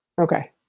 Okay